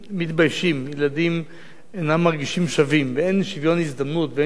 ילדים אינם מרגישים שווים ואין שוויון הזדמנויות ואין שוויון תחושה.